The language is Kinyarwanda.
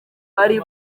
ari